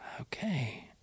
okay